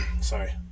sorry